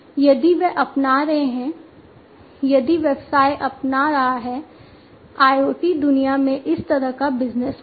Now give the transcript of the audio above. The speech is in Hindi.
यदि वे अपना रहे हैं यदि व्यवसाय अपना रहा है IoT दुनिया में इस तरह का बिजनेस मॉडल